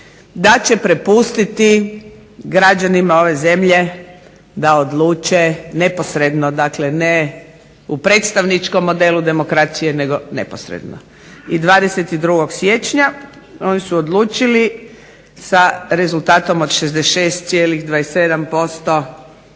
da će prepustiti građanima ove zemlje da odluče neposredno, dakle ne u predstavničkom modelu demokracije nego neposredno. I 22. siječnja oni su odlučili sa rezultatom od 66,27%